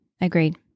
Agreed